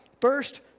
first